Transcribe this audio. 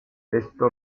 esto